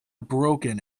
broken